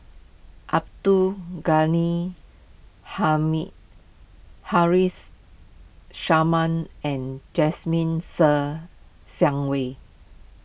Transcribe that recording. Abdul Ghani Hamid Harris Sharma and Jasmine Ser Xiang Wei